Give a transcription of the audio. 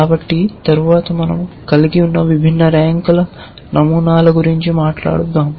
కాబట్టి తరువాత మనం కలిగి ఉన్న విభిన్న రకాల నమూనాల గురించి మాట్లాడుదాం